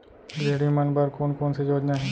गृहिणी मन बर कोन कोन से योजना हे?